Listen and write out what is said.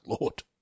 Lord